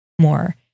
more